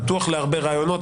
פתוח להרבה רעיונות,